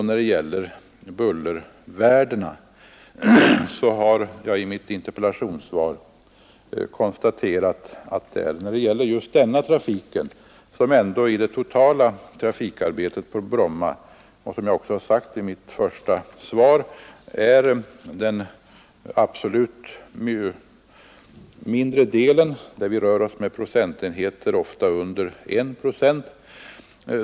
När det gäller bullervärdena har jag i mitt interpellationssvar konstaterat att charterns jetflygplanlandningar i det totala trafikarbetet på Bromma är den absolut mindre delen — det rör sig om under 1 procent.